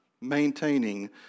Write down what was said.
maintaining